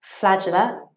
flagella